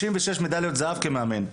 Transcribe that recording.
56 מדליות זהב כמאמן.